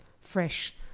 fresh